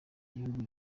gihugu